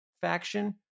faction